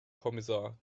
kommissar